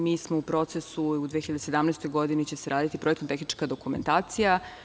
Mi smo u procesu, u 2017. godini će se raditi projektno-tehnička dokumentacija.